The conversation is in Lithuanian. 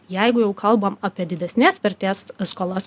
jeigu jau kalbam apie didesnės vertės skolas